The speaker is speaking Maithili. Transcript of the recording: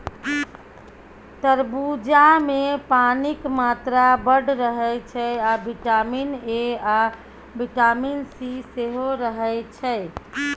तरबुजामे पानिक मात्रा बड़ रहय छै आ बिटामिन ए आ बिटामिन सी सेहो रहय छै